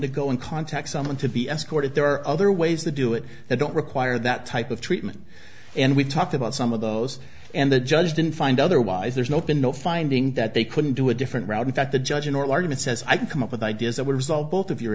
to go and contacts someone to be escorted there are other ways they do it that don't require that type of treatment and we've talked about some of those and the judge didn't find otherwise there's no been no finding that they couldn't do a different route in fact the judge in oral argument says i can come up with ideas that would result both of your